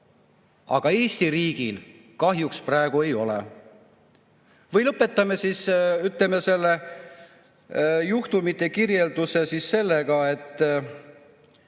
Aga Eesti riigil kahjuks praegu ei ole. Lõpetame siis, ütleme, juhtumite kirjelduse sellega, et